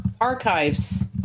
archives